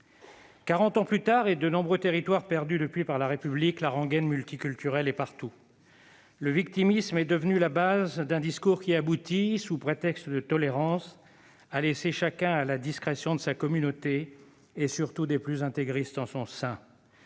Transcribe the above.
ans plus tard et de nombreux territoires perdus depuis par la République, la rengaine multiculturelle est partout. Le « victimisme » est devenu la base d'un discours qui aboutit, sous prétexte de tolérance, à laisser chacun à la discrétion de sa communauté, surtout des plus intégristes en son sein.